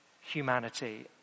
humanity